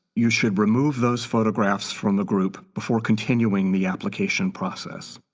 you should remove those photographs from the group before continuing the application process.